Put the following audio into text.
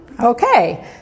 Okay